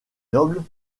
nobles